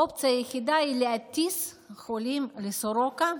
האופציה היחידה היא להטיס חולים לסורוקה,